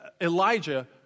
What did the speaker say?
Elijah